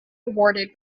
awarded